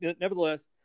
nevertheless